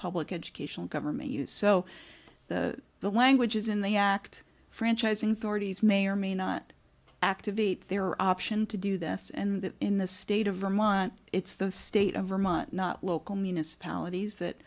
public educational government use so the the language is in the act franchising forty's may or may not activate their option to do this and that in the state of vermont it's the state of vermont not local municipalities that